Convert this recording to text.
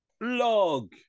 log